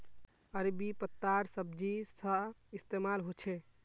अरबी पत्तार सब्जी सा इस्तेमाल होछे